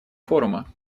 форума